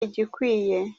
igikwiye